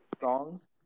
songs